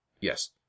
Yes